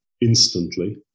instantly